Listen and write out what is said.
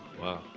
Wow